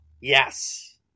Yes